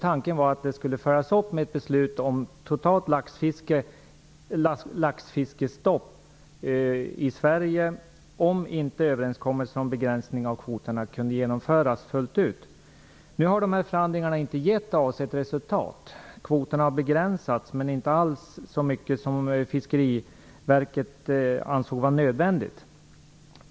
Tanken var att det skulle följas upp med ett beslut om totalt laxfiskestopp i Sverige om inte överenskommelsen om begränsning om kvoterna kunde genomföras fullt ut. Nu har dessa förhandlingar inte gett avsett resultat. Kvoterna har begränsats, men inte alls så mycket som Fiskeriverket ansåg vara nödvändigt.